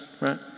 right